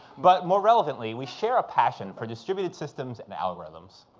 but more relevantly, we share a passion for distributed systems and algorithms.